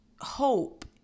hope